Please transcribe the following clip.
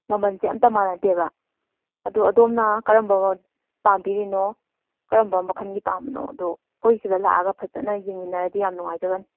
ꯃꯃꯟꯁꯦ ꯑꯝꯇ ꯃꯥꯟꯅꯗꯦꯕ ꯑꯗꯣ ꯑꯗꯣꯝꯅ ꯀꯔꯝꯕ ꯄꯥꯝꯕꯤꯔꯤꯅꯣ ꯀꯔꯝꯕ ꯃꯈꯟꯒꯤ ꯄꯥꯝꯕꯅꯣꯗꯣ ꯑꯩꯈꯣꯏ ꯁꯤꯗ ꯂꯥꯛꯑꯒ ꯐꯖꯅ ꯌꯦꯡꯃꯤꯟꯅꯔꯗꯤ ꯌꯥꯝ ꯅꯨꯡꯉꯥꯏꯖꯒꯅꯤ